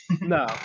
no